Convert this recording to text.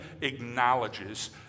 acknowledges